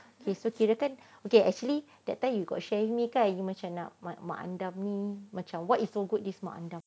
so kirakan okay actually that time you got share with me kan tentang mak andam like quality of mak andam